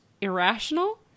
irrational